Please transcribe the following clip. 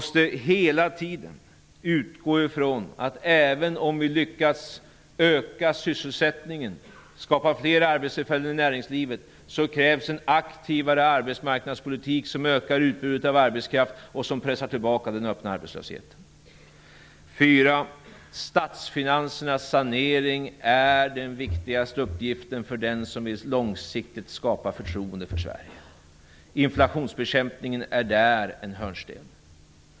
3.Även om vi lyckas öka sysselsättningen och skapa fler arbetstillfällen i näringslivet måste vi utgå från att det krävs en mer aktiv arbetsmarknadspolitik som gör att utbudet av arbetskraft ökar och att den öppna arbetslösheten pressas tillbaka. 4.Saneringen av statsfinanserna är den viktigaste uppgiften för den som långsiktigt vill skapa förtroende för Sverige. Inflationsbekämpningen är en hörnsten.